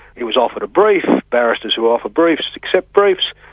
he was offered a brief, barristers who offer briefs accept briefs,